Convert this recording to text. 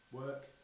work